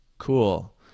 Cool